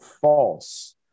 false